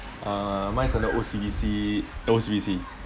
err mine is under O_C_B_C O_C_B_C